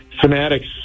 Fanatics